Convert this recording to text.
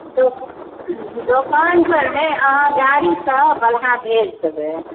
दोकानपर नहि अहाँ गाड़ीसँ बलहा भेज देबै